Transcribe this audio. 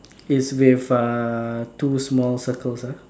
is with uh two small circles ah